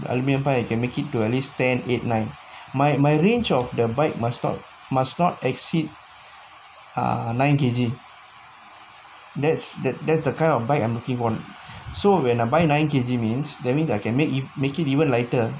aluminium part you can make it to at least ten eight nine my my range of the bike must not must not exceed ah nine K_G that's that that's the kind of bike I'm looking on so when I buy nine K_G means that means I can make it make it even lighter ah